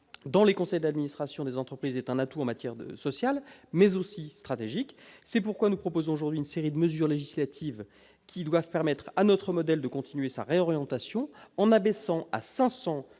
dans les conseils d'administration des entreprises est un atout en matière sociale, mais aussi stratégique. C'est pourquoi nous proposons aujourd'hui une série de mesures législatives qui doivent permettre à notre modèle de continuer sa réorientation en abaissant à 500